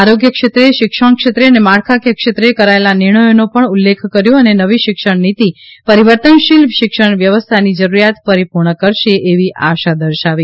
આરોગ્ય ક્ષેત્રે શિક્ષણ ક્ષેત્રે અને માળખાકીય ક્ષેત્રે કરાયેલા નિર્ણ થોનો પણ ઉલ્લેખ કર્યો અને નવી શિક્ષણ નીતિ પરિવર્તનશીલ શિક્ષણ વ્યવસ્થાની જરૂરિયાત પરિપૂર્ણ કરશે એવી આશા દર્શાવી